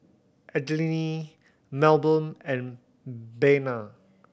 Adline Melbourne and Bena